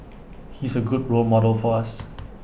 he's A good role model for us